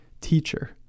Teacher